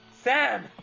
Sam